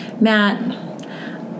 Matt